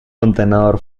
contenedor